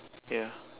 ya